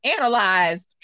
analyze